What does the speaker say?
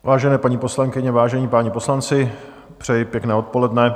Vážené paní poslankyně, vážení páni poslanci, přeji pěkné odpoledne.